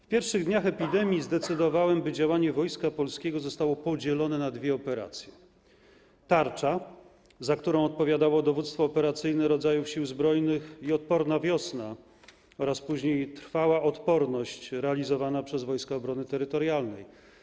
W pierwszych dniach epidemii zdecydowałem, by działanie Wojska Polskiego zostało podzielone na dwie operacje: „Tarcza”, za którą odpowiadało Dowództwo Operacyjne Rodzajów Sił Zbrojnych, i „Odporna wiosna” oraz później „Trwała odporność” realizowane przez Wojska Obrony Terytorialnej.